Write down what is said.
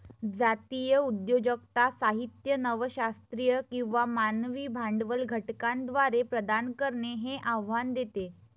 जातीय उद्योजकता साहित्य नव शास्त्रीय किंवा मानवी भांडवल घटकांद्वारे प्रदान करणे हे आव्हान देते